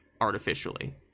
artificially